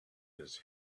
his